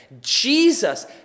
Jesus